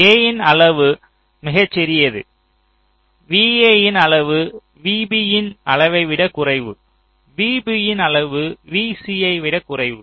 A இன் அளவு மிகச் சிறியது vA யின் அளவு vB யின் அளவை விடக் குறைவு vB யின் அளவு vC யை விடக் குறைவு